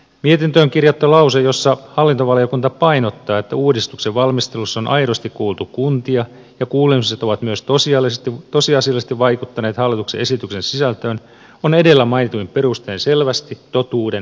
mietintöön kirjattu lause jossa hallintovaliokunta painottaa että uudistuksen valmistelussa on aidosti kuultu kuntia ja kuulemiset ovat myös tosiasiallisesti vaikuttaneet hallituksen esityksen sisältöön on edellä mainituin perustein selvästi totuudenvastainen